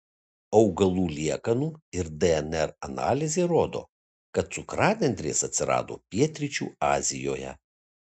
augalų liekanų ir dnr analizė rodo kad cukranendrės atsirado pietryčių azijoje